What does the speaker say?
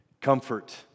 Comfort